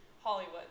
Hollywood